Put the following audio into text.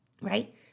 right